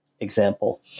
example